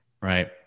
Right